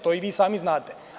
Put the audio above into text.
To i vi sami znate.